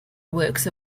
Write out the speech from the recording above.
works